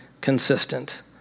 consistent